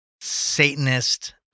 Satanist